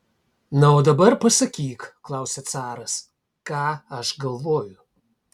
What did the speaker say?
na o dabar pasakyk klausia caras ką aš galvoju